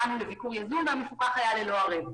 באנו לביקור יזום והמפוקח היה ללא ערב.